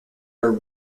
are